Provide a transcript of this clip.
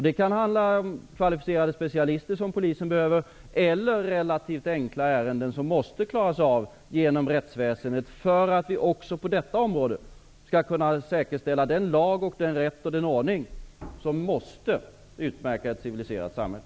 Det kan handla om kvalificerade specialister som polisen behöver eller relativt enkla ärenden som rättsväsendet måste klara av, för att vi också på detta område skall kunna säkerställa den lag, rätt och ordning som måste utmärka ett civiliserat samhälle.